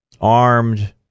armed